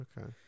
okay